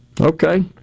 Okay